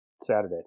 Saturday